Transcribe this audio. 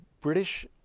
British